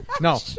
no